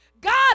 God